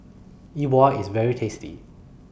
E Bua IS very tasty